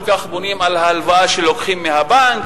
כך בונים על ההלוואה שלוקחים מהבנק.